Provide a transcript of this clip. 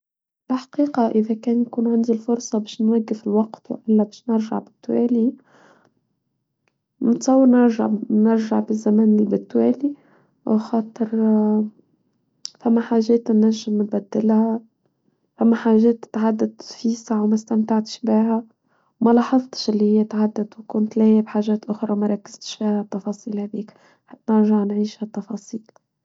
بحقيقة إذا كان يكون عندي الفرصة باش نوقف في الوقت وإلا باش نرجع بالدوالي نتصور نرجع بالزمن بالدوالي وخاطر فما حاجات أن نشم تبدلها فما حاجات تتعدد في ساعة وما استمتعتش باها ما لاحظتش اللي هي تعدد وكنت لاهيه حاجات أخرى وما راكزتش باها بتفاصيلها بيك نخب نرچع نعيش بتفاصيل.